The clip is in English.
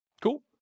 Cool